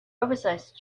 oversized